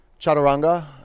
Chaturanga